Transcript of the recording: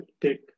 take